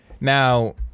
Now